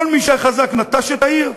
כל מי שהיה חזק נטש את העיר,